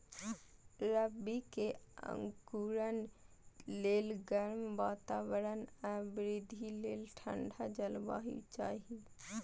रबी के अंकुरण लेल गर्म वातावरण आ वृद्धि लेल ठंढ जलवायु चाही